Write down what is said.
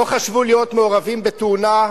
לא חשבו להיות מעורבים בתאונה,